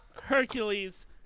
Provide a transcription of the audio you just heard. Hercules